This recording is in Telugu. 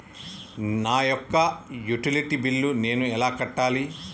నా యొక్క యుటిలిటీ బిల్లు నేను ఎలా కట్టాలి?